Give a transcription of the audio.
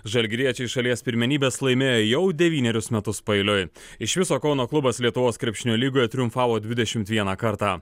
žalgiriečiai šalies pirmenybes laimėjo jau devynerius metus paeiliui iš viso kauno klubas lietuvos krepšinio lygoje triumfavo dvidešimt vieną kartą